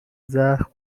زخم